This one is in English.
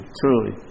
truly